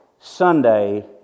Sunday